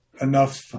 enough